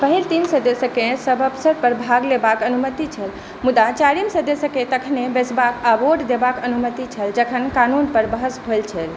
पहिल तीन सदस्यकेँ सभ अवसर पर भाग लेबाक अनुमति छल मुदा चारिम सदस्यकेँ तखने बैसबाक आ वोट देबाक अनुमति छल जखन कानून पर बहस होयत छल